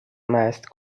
meist